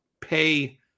pay